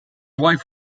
wife